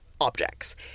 objects